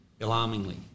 alarmingly